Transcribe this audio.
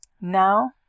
Now